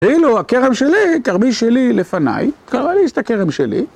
כאילו הכרם שלי, כרמי שלי לפניי, לי יש את הכרם שלי.